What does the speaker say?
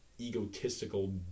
egotistical